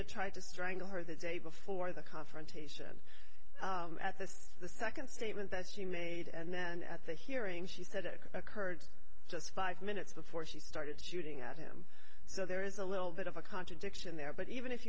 had tried to strangle her the day before the confrontation at this the second statement that she made and then at the hearing she said it occurred just five minutes before she started shooting at him so there is a little bit of a contradiction there but even if